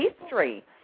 history